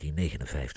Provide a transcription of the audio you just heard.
1959